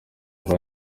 rwa